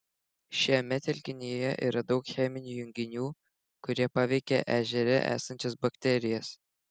šiame telkinyje yra daug cheminių junginių kurie paveikia ežere esančias bakterijas